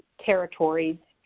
territories,